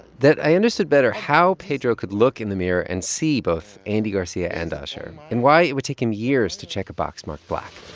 that i understood better how pedro could look in the mirror and see both andy garcia and usher and why it would take him years to check a box marked black